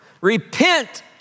Repent